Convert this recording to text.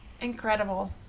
Incredible